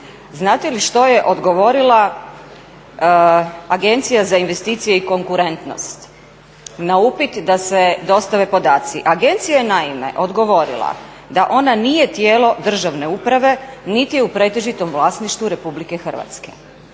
znate li što je odgovorila Agencija za investicije i konkurentnost na upit da se dostave podaci. Agencija je naime odgovorila da ona nije tijelo državne uprave niti u pretežitom vlasništvu RH.